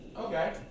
Okay